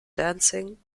dancing